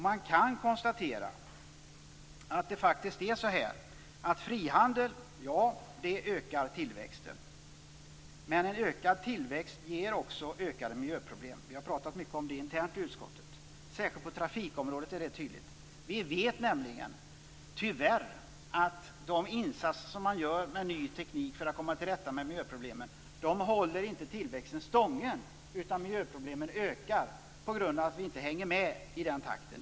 Vi kan konstatera att frihandel ökar tillväxten, men en ökad tillväxt ger också ökade miljöproblem. Vi har pratat mycket om det internt i utskottet. Särskilt på trafikområdet är det tydligt. Vi vet nämligen att de insatser som man gör med ny teknik för att komma till rätta med miljöproblemen tyvärr inte håller tillväxten stången, utan miljöproblemen ökar, på grund av att vi inte hänger med i den takten.